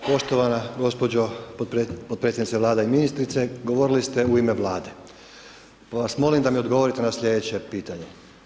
Poštovana gđa, potpredsjednica Vlade i ministrice, govorili ste u ime vlade, pa vas molim da mi odgovorite na sljedeće pitanje.